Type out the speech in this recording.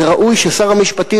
וראוי ששר המשפטים,